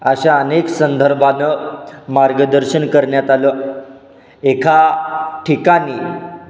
अशा अनेक संदर्भानं मार्गदर्शन करण्यात आलं एका ठिकाणी